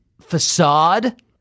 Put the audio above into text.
facade